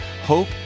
hope